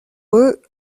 eux